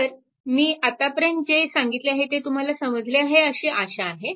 तर मी आतापर्यंत जे सांगितले ते तुम्हाला समजले आहे अशी आशा आहे